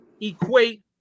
equate